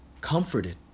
Comforted